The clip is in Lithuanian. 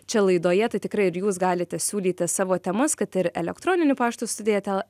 čia laidoje tai tikrai ir jūs galite siūlyti savo temas kad ir elektroniniu paštu studija tel